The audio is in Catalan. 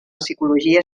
psicologia